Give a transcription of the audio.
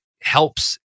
helps